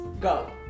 Go